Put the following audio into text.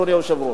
אדוני היושב-ראש.